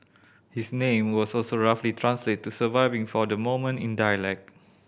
his name also so roughly translate to surviving for the moment in dialect